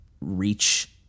reach